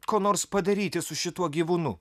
ko nors padaryti su šituo gyvūnu